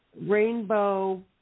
rainbow